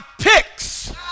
picks